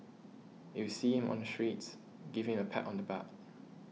if you see him on the streets give him a pat on the back